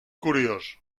curiós